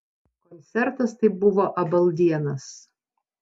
koncertas tai buvo abaldienas